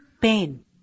pain